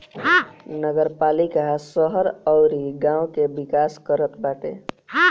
नगरपालिका शहर अउरी गांव के विकास करत बाटे